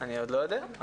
אני עוד לא יודע,